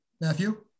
Matthew